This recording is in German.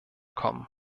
kommen